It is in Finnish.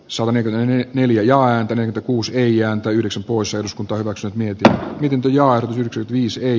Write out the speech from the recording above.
suhonen on neljän oikein kuusi ja yhdeksän pois eduskunta hyväksyi mietitään viikinkijaarlitukset niissä ei